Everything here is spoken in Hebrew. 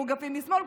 מאוגפים משמאל,